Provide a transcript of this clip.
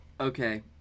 Okay